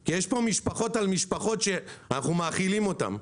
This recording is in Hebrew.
כי יש פה משפחות על משפחות שאנחנו מאכילים אותן.